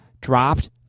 dropped